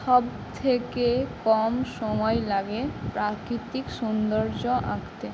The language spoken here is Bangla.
সব থেকে কম সময় লাগে প্রাকৃতিক সৌন্দর্য আঁকতে